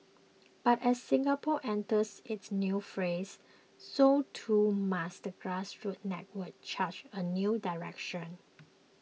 but as Singapore enters its new phase so too must the grassroots network chart a new direction